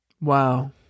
Wow